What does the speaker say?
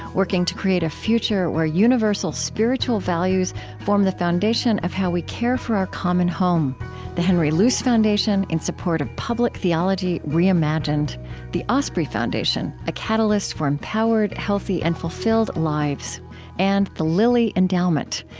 working to create a future where universal spiritual values form the foundation of how we care for our common home the henry luce foundation, in support of public theology reimagined the osprey foundation, a catalyst for empowered, healthy, and fulfilled lives and the lilly endowment,